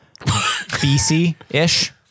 BC-ish